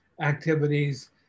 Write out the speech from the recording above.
activities